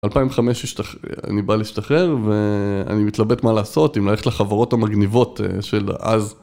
ב-2005 אני בא להשתחרר ואני מתלבט מה לעשות אם ללכת לחברות המגניבות של אז.